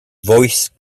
voice